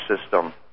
system